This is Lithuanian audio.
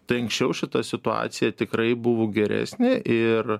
tai anksčiau šita situacija tikrai buvo geresnė ir